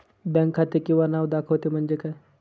Bank खाते किंवा नाव दाखवते म्हणजे काय?